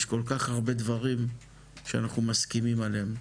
יש כל כך הרבה דברים שאנחנו מסכימים עליהם.